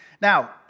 Now